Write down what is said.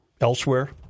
elsewhere